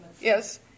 yes